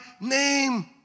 name